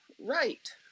right